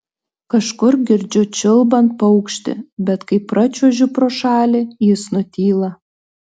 kažkur girdžiu čiulbant paukštį bet kai pračiuožiu pro šalį jis nutyla